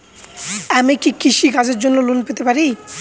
আমি কি কৃষি কাজের জন্য লোন পেতে পারি?